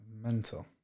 Mental